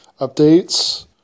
updates